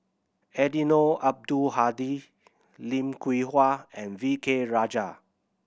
Eddino Abdul Hadi Lim Hwee Hua and V K Rajah